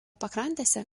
pakrantėse